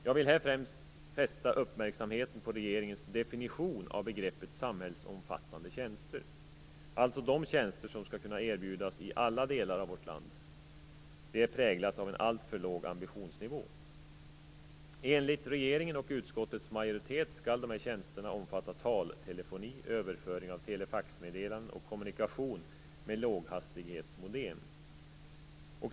Jag vill här främst fästa uppmärksamheten på regeringens definition av begreppet samhällsomfattande tjänster - tjänster som skall kunna erbjudas i alla delar av vårt land - som präglas av en alltför låg ambitionsnivå. Enligt regeringen och utskottets majoritet skall dessa tjänster omfatta taltelefoni, överföring av telefaxmeddelanden och kommunikation med låghastighetsmodem.